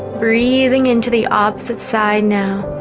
breathing in to the opposite side now